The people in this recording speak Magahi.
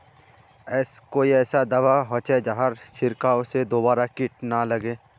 कोई ऐसा दवा होचे जहार छीरकाओ से दोबारा किट ना लगे?